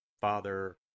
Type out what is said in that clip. Father